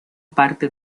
parte